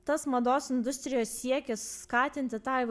tas mados industrijos siekis skatinti tą